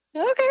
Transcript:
Okay